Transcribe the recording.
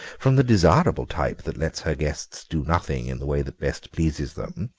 from the desirable type that lets her guests do nothing in the way that best pleases them,